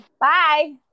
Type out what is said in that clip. bye